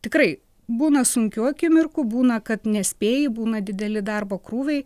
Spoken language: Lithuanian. tikrai būna sunkių akimirkų būna kad nespėji būna dideli darbo krūviai